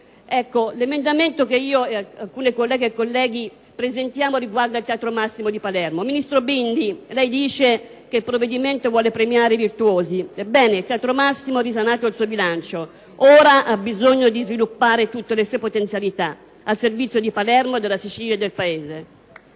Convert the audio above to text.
Ecco, l'emendamento che io ed altre colleghe e colleghi presentiamo riguarda il Teatro Massimo di Palermo. Ministro Bondi, lei dice che il provvedimento vuole premiare i virtuosi. Ebbene, il Teatro Massimo ha risanato il suo bilancio: ora ha bisogno di sviluppare tutte le sue potenzialità, al servizio di Palermo, della Sicilia e del Paese.